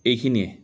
এইখিনিয়ে